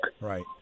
Right